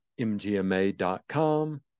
mgma.com